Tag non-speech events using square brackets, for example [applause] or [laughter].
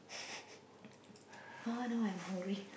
[laughs]